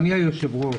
אדוני היושב-ראש.